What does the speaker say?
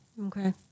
okay